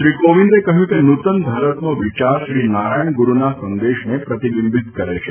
શ્રી કોવિન્દે કહ્યું કે નૂતન ભારતનો વિચાર શ્રી નારાયણ ગુરુના સંદેશને પ્રતિબિબિંત કરે છે